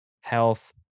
health